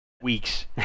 weeks